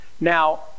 Now